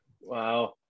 wow